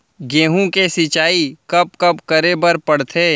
गेहूँ के सिंचाई कब कब करे बर पड़थे?